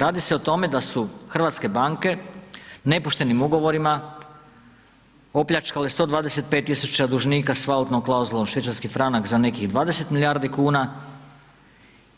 Radi se o tome da su hrvatske banke nepoštenim ugovorima opljačkale 125 tisuća dužnika s valutnom klauzulom švicarski franak za nekih 20 milijardi kuna,